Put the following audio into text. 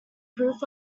proof